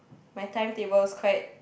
my timetable is quite